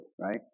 right